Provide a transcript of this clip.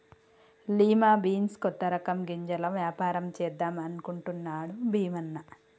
lima beans కొత్త రకం గింజల వ్యాపారం చేద్దాం అనుకుంటున్నాడు భీమన్న